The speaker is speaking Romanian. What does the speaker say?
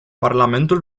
parlamentul